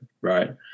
right